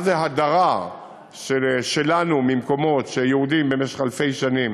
מה זה הדרה שלנו ממקומות שיהודים במשך אלפי שנים